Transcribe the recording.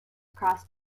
crossed